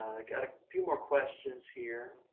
i got a few more questions here.